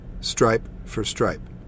stripe-for-stripe